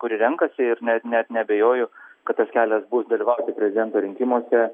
kurį renkasi ir net net neabejoju kad tas kelias bus dalyvauti prezidento rinkimuose